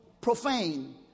profane